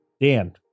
dan